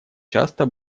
часто